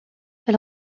elle